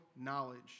knowledge